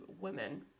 women